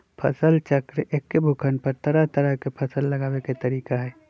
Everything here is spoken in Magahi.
फसल चक्र एक्के भूखंड पर तरह तरह के फसल लगावे के तरीका हए